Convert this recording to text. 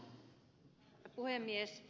herra puhemies